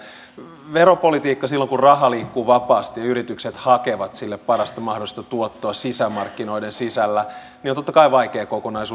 veropolitiikka silloin kun raha liikkuu vapaasti ja yritykset hakevat sille parasta mahdollista tuottoa sisämarkkinoiden sisällä on totta kai vaikea kokonaisuus